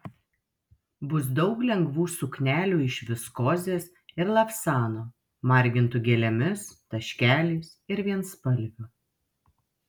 bus daug lengvų suknelių iš viskozės ir lavsano margintų gėlėmis taškeliais ir vienspalvių